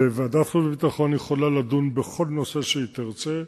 וועדת החוץ והביטחון יכולה לדון בכל נושא שהיא תרצה.